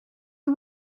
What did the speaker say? who